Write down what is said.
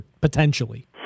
potentially